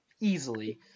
Easily